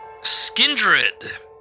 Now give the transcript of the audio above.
Skindred